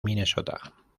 minnesota